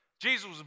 Jesus